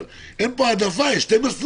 אבל אין פה העדפה אלא יש פה שני מסלולים.